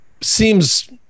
Seems